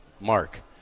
Mark